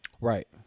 Right